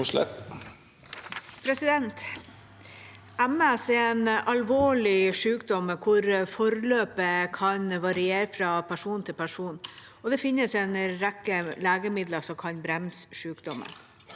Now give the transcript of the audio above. MS er en alvorlig syk- dom der forløpet kan variere fra person til person. Det finnes en rekke legemidler som kan bremse sykdommen.